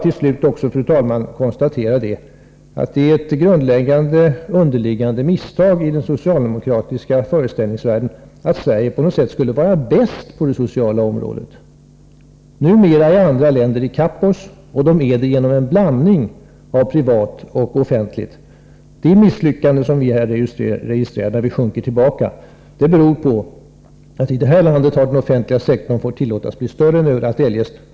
Till slut vill jag konstatera att det är ett grundläggande, underliggande misstag i den socialdemokratiska föreställningsvärlden att Sverige på något sätt skulle vara bäst på det sociala området. Numera är andra länder ikapp oss, och de är det genom en blandning av privat och offentlig verksamhet. De misslyckanden som vi här registrerar när vi sjunker tillbaka beror på att i det här landet har den offentliga sektorn tillåtits bli större än överallt eljest.